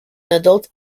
adult